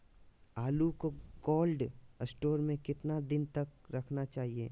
आलू को cold store में कितना दिन तक रखना चाहिए?